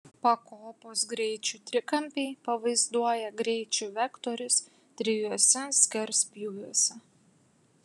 pakopos greičių trikampiai pavaizduoja greičių vektorius trijuose skerspjūviuose